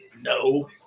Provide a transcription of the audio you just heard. No